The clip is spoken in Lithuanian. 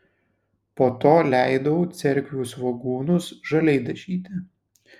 po to leidau cerkvių svogūnus žaliai dažyti